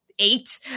eight